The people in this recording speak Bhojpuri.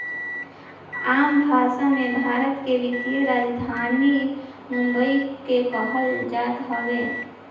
आम भासा मे, भारत के वित्तीय राजधानी बम्बई के कहल जात हवे